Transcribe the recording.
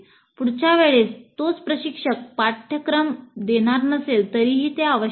पुढच्या वेळेस तोच प्रशिक्षक पाठ्यक्रम देणार नसेल तरीही हे आवश्यक आहे